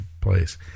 place